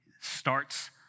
starts